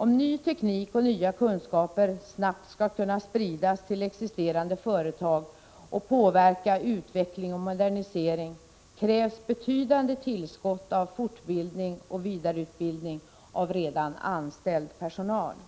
Om ny teknik och nya kunskaper snabbt skall kunna spridas till existerande företag och påverka utveckling och modernisering, krävs betydande tillskott av fortbildning och vidareutbildning av redan anställd personal. I